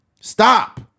Stop